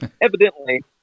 evidently